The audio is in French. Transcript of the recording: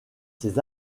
ses